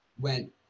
went